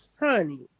honey